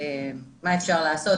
מה אפשר לעשות,